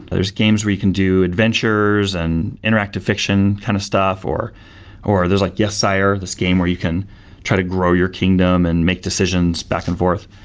there's games we can do adventures and interactive fiction kind of stuff, or or there's like yes sire, this game where you can try to grow your kingdom and make decisions back and forth.